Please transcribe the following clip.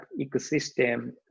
ecosystem